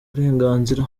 burenganzira